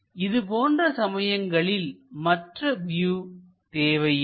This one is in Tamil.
இது போன்ற சமயங்களில் மற்ற வியூ தேவையில்லை